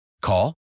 Call